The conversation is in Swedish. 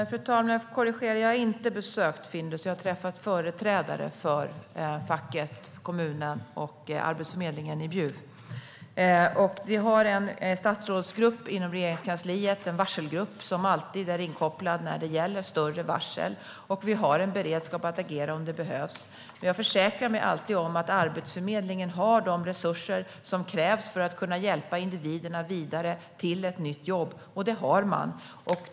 Fru talman! Jag har inte besökt Findus. Jag har träffat företrädare för facket, kommunen och Arbetsförmedlingen i Bjuv. Vi har en statsrådsgrupp, en varselgrupp, inom Regeringskansliet som alltid är inkopplad när det gäller större varsel. Vi har en beredskap att agera om det behövs. Jag försäkrar mig alltid om att Arbetsförmedlingen har de resurser som krävs för att kunna hjälpa individerna vidare till ett nytt jobb. Det har man.